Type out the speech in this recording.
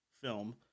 film